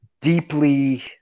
deeply